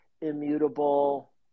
immutable